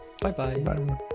Bye-bye